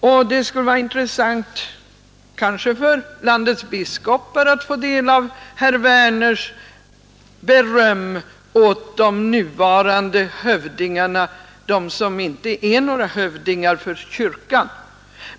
Det kanske skulle vara intressant för landets biskopar att få del av herr Werners beröm åt de nuvarande hövdingarna — som inte är några hövdingar för kyrkan.